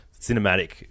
cinematic